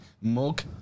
mug